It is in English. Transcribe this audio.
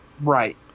Right